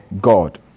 God